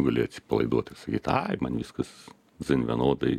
gali atsipalaiduot ir sakyt ai man viskas dzin vienodai